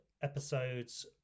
episodes